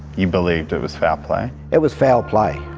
you believed it was foul play? it was foul play.